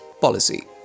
policy